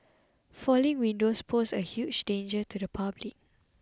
falling windows pose a huge danger to the public